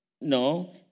No